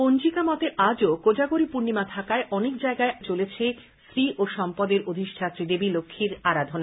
পঞ্জিকা মতে আজও কোজাগরী পূর্ণিমা থাকায় অনেক জায়গায় আজও চলেছে শ্রী ও সম্পদের অধিষ্ঠাত্রী দেবী লক্ষ্মীর আরাধনা